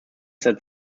that